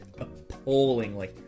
appallingly